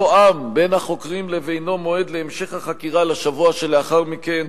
תואם בין החוקרים לבינו מועד להמשך החקירה לשבוע שלאחר מכן,